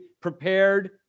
prepared